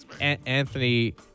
Anthony